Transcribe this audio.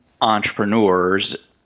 entrepreneurs